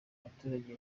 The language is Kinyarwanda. abaturage